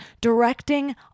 directing